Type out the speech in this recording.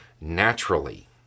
naturally